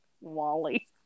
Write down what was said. wally